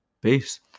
Peace